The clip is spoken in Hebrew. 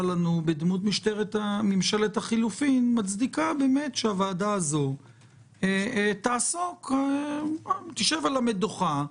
לנו בדמות ממשלת החילופים מצדיקה שהוועדה הזאת תשב על המדוכה,